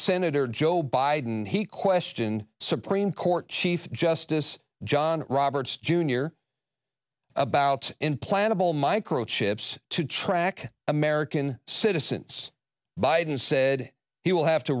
senator joe biden he questioned supreme court chief justice john roberts jr about implantable microchips to track american citizens biden said he will have to